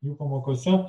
jų pamokose